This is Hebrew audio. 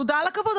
הכבוד.